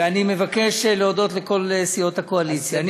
ואני מבקש להודות לכל סיעות הקואליציה.